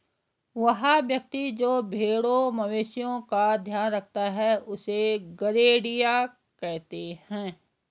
वह व्यक्ति जो भेड़ों मवेशिओं का ध्यान रखता है उससे गरेड़िया कहते हैं